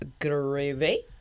gravy